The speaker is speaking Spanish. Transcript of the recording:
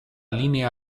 línea